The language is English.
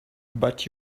but